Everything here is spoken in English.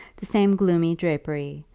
the same gloomy drapery,